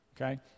okay